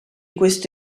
questo